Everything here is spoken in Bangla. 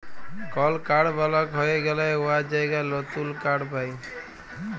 কল কাড় বলক হঁয়ে গ্যালে উয়ার জায়গায় লতুল কাড় পায়